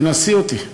תנסי אותי.